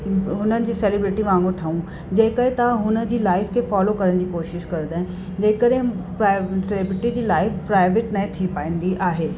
हुनजे सेलिब्रिटी वागुंरु ठहूं जंहिं करे त हुनजी लाइफ़ खे फ़ॉलो करण जी कोशिशि कंदा आहिनि जेकॾहिं प्रा सेलिब्रिटी जी लाइफ़ प्राइवेट न थी पाईंदी आहे